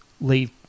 leave